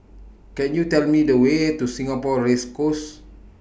Can YOU Tell Me The Way to Singapore Race Course